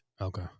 Okay